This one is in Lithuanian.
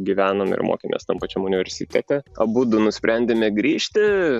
gyvenome ir mokėmės tam pačiam universitete abudu nusprendėme grįžti